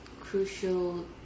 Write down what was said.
crucial